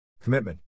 Commitment